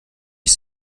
ich